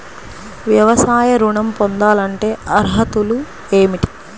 వ్యవసాయ ఋణం పొందాలంటే అర్హతలు ఏమిటి?